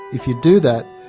if you do that,